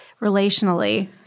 relationally